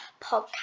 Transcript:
podcast